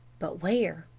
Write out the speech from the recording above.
but where?